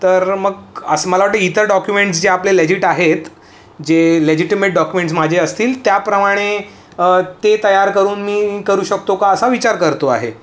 तर मग असं मला वाटते इतर डॉक्युमेंट्स जे आपले लेजिट आहेत जे लॅजिटेमेड डॉक्युमेंट्स माझे असतील त्याप्रमाणे ते तयार करून मी करू शकतो का असा विचार करतो आहे